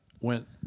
went